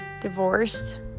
divorced